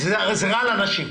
זה רע לנשים.